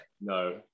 No